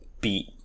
beat